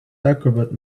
acrobat